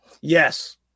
Yes